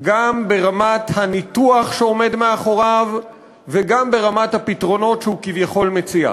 גם ברמת הניתוח שעומד מאחוריו וגם ברמת הפתרונות שהוא כביכול מציע.